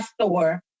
store